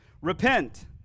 Repent